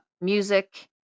music